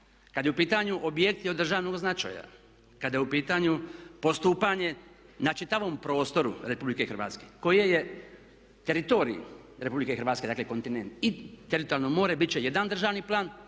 kada su u pitanju objekti od državnog značaja, kada je u pitanju postupanje na čitavom prostoru RH koji je teritorij RH, dakle kontinent i teritorijalno more biti će jedan državni plan